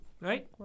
Right